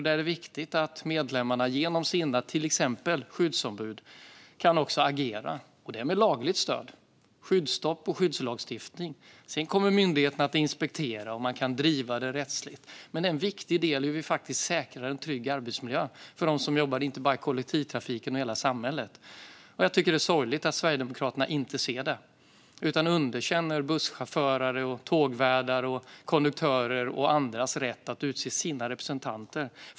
Det är viktigt att medlemmarna genom sina till exempel skyddsombud kan agera med lagligt stöd genom skyddsstopp och skyddslagstiftning. Sedan kommer myndigheterna att inspektera, och man kan driva det rättsligt, men det är en viktig del i hur vi faktiskt säkrar en trygg arbetsmiljö för dem som jobbar inte bara i kollektivtrafiken utan i hela samhället. Jag tycker att det är sorgligt att Sverigedemokraterna inte ser det utan underkänner busschaufförers, tågvärdars, konduktörers och andras rätt att utse sina representanter.